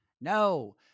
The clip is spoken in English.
No